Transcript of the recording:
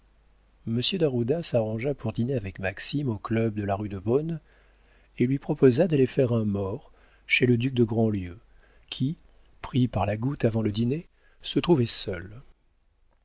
d'ajuda s'arrangea pour dîner avec maxime au club de la rue de beaune et lui proposa d'aller faire un mort chez le duc de grandlieu qui pris par la goutte avant le dîner se trouvait seul